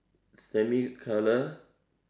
semi color